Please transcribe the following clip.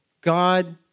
God